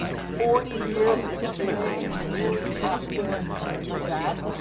forty years of experience. did you really have to do that?